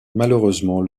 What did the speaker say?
malheureusement